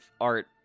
art